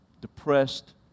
depressed